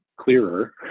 clearer